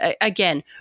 Again